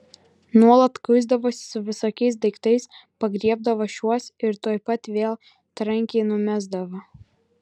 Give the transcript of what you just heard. nuolat kuisdavosi su visokiais daiktais pagriebdavo šiuos ir tuoj pat vėl trankiai numesdavo